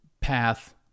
path